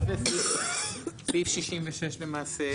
אז זה סעיף 66 למעשה.